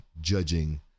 judging